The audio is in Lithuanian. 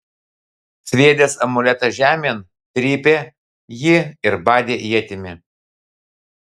sviedęs amuletą žemėn trypė jį ir badė ietimi